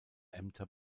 ämter